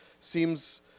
seems